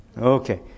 Okay